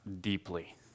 deeply